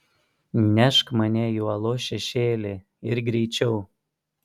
nešk mane į uolos šešėlį ir greičiau